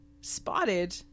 spotted